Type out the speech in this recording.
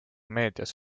meedias